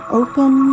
open